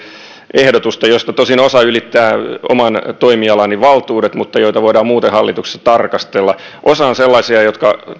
ehdotusta joista tosin osa ylittää oman toimialani valtuudet mutta joita voidaan muuten hallituksessa tarkastella osa on sellaisia jotka